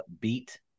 beat